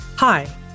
Hi